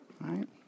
right